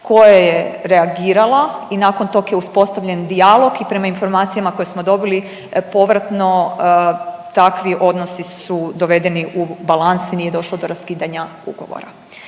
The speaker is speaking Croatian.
koje je reagiralo i nakon tog je uspostavljen dijalog i prema informacijama koje smo dobili povratno takvi odnosi su dovedeni u balans i nije došlo do raskidanja ugovora.